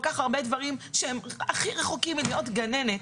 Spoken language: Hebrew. מתמודדת עם כל כך הרבה דברים שהם הכי רחוקים מלהיות גננת.